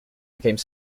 became